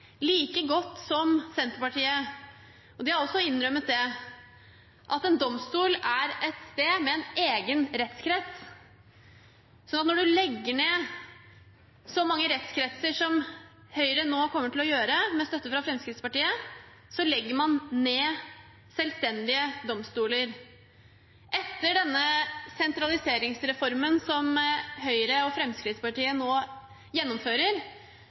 like godt som Senterpartiet – og de har også innrømmet det – at en domstol er et sted med en egen rettskrets. Så når man legger ned så mange rettskretser som Høyre nå kommer til å gjøre, med støtte fra Fremskrittspartiet, legger man ned selvstendige domstoler. Etter denne sentraliseringsreformen som Høyre og Fremskrittspartiet nå gjennomfører,